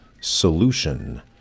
solution